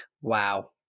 Wow